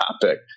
topic